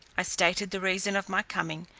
i stated the reason of my coming,